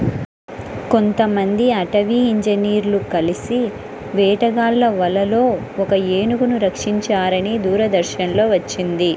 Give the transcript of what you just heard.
కొంతమంది అటవీ ఇంజినీర్లు కలిసి వేటగాళ్ళ వలలో ఒక ఏనుగును రక్షించారని దూరదర్శన్ లో వచ్చింది